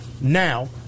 Now